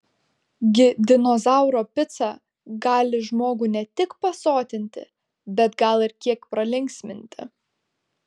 gi dinozauro pica gali žmogų ne tik pasotinti bet gal ir kiek pralinksminti